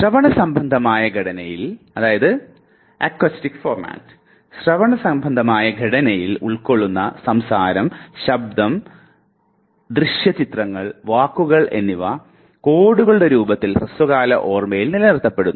ശ്രവണസംബന്ധമായ ഘടനയിൽ ഉൾകൊള്ളുന്ന സംസാരം ശബ്ദം ദൃശ്യ ചിത്രങ്ങൾ വാക്കുകൾ എന്നിവ കോഡുകളുടെ രൂപത്തിൽ ഹ്രസ്വകാല ഓർമ്മയിൽ നിലനിർത്തപ്പെടുന്നു